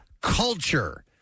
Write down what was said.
culture